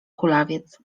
kulawiec